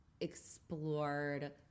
explored